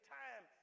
time